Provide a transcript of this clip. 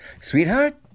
Sweetheart